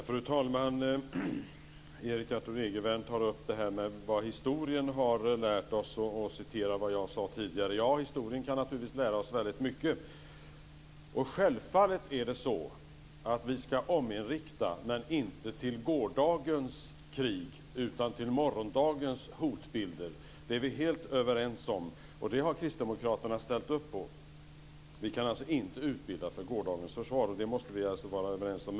Fru talman! Erik Arthur Egervärn tar upp vad historien har lärt oss och citerar det jag sade tidigare. Ja, historien kan naturligtvis lära oss väldigt mycket. Självfallet ska vi ominrikta, men inte till gårdagens krig, utan till morgondagens hotbilder. Det är vi helt överens om och det har kristdemokraterna ställt upp på. Vi kan alltså inte utbilda för gårdagens försvar. Det måste vi vara överens om.